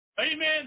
Amen